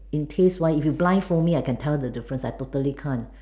in taste wise if you blind fold me I can tell the difference I totally can't